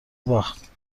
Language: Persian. باخت